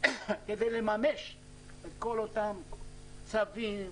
כדי לממש את כל אותם צווים.